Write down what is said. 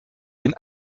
den